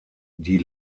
die